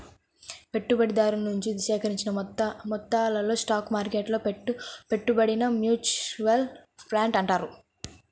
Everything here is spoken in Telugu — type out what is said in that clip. పెట్టుబడిదారుల నుంచి సేకరించిన మొత్తాలతో స్టాక్ మార్కెట్టులో పెట్టే పెట్టుబడినే మ్యూచువల్ ఫండ్ అంటారు